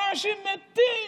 אנשים מתים,